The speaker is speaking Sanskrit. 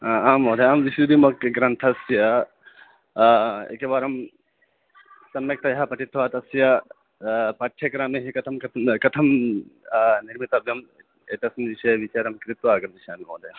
आ आम् महोदय आम् विशुद्धिमग्गे ग्रन्थस्य एकवारं सम्यक्तया पठित्वा तस्य पाठ्यक्रमे कथं कथं कथं निर्मातव्यम् एतस्मिन् विषये विचारं कृत्वा आगमिष्यामि महोदय